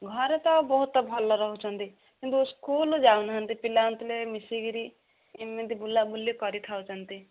ଘରେ ତ ବହୁତ ଭଲ ରହୁଛନ୍ତି କିନ୍ତୁ ସ୍କୁଲ୍ ଯାଉନାହାନ୍ତି ପିଲାମାନେ ଥିଲେ ମିଶିକିରି ଏମିତି ବୁଲାବୁଲି କରିଥାଉଛନ୍ତି